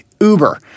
Uber